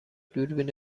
دوربین